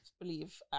believe